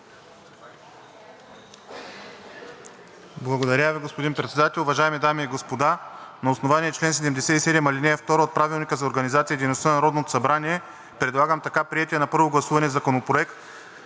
Благодаря Ви, господин Председател. Уважаеми дами и господа, на основание чл. 77, ал. 2 от Правилника за организацията и дейността на Народното събрание предлагам така приетия на първо гласуване Законопроект